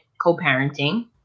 co-parenting